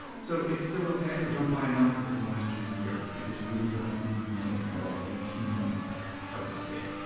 so it's still okay, but don't buy enough that it's going to last you a year, because you really don't want to be using an oil eighteen months past harvest date.